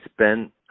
spent